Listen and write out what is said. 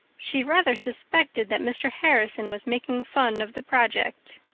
she rather suspected that mr. harrison was making fun of the project.